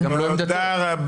תודה רבה.